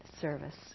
service